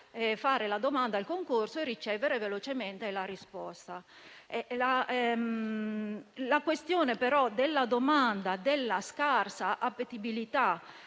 fare la domanda al concorso e ricevere velocemente la risposta. La questione della scarsa appetibilità